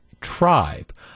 tribe